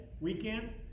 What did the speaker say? weekend